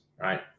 right